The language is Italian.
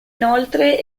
inoltre